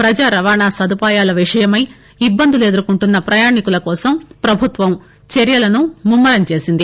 ప్రజారవాణ సదుపాయాల విషయమై ఇబ్బందులు ఎదుర్కొంటున్న ప్రయాణీకుల కోసం ప్రభుత్వం చర్యలను ముమ్మరం చేసింది